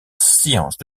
sciences